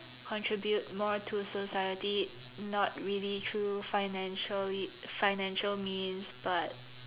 contribute more to society not really through financially financial means but